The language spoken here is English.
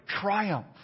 triumph